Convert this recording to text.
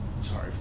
Sorry